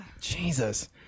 Jesus